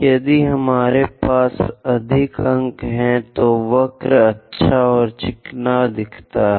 यदि हमारे पास अधिक अंक हैं तो वक्र अच्छा और चिकना दिखता है